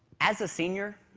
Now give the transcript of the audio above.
as a senior,